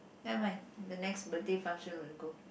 never mind the next birthday function we'll go